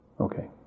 Okay